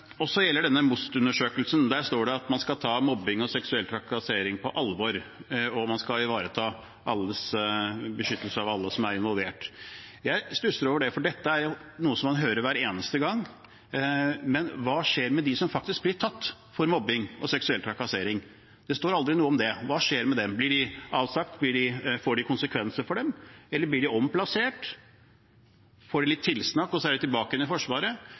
Der står det at man skal ta mobbing og seksuell trakassering på alvor, og at man skal ivareta beskyttelse av alle som er involvert. Jeg stusser over det, for dette er noe man hører hver eneste gang, men hva skjer med dem som faktisk blir tatt for mobbing og seksuell trakassering? Det står aldri noe om det. Hva skjer med dem? Blir de oppsagt? Får det konsekvenser for dem? Eller blir de omplassert? Får de litt tilsnakk og så er de tilbake i Forsvaret,